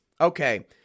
Okay